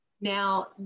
Now